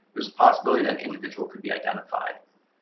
there's a possibility that an individual could be identified,